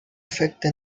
efecte